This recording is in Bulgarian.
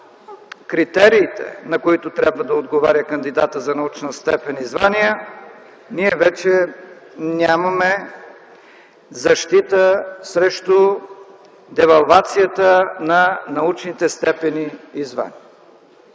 критериите, на които трябва да отговаря кандидатът за научна степен и звание, ние вече нямаме защита срещу девалвацията на научните степени и звания.